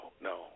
no